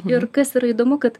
ir kas yra įdomu kad